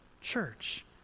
church